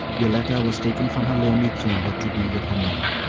yoletta was taken from her lonely chamber to be with her mother.